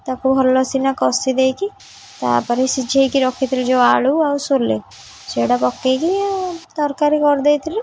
ତାକୁ ଭଲ ସିନା କଷି ଦେଇକି ତା'ପରେ ସିଝାଇକି ରଖିଥିଲି ଯେଉଁ ଆଳୁ ଆଉ ସୋଲେ ସେଇଟା ପକାଇକି ତରକାରୀ କରିଦେଇଥିଲି